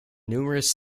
numerous